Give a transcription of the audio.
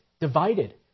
divided